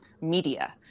media